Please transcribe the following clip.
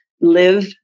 live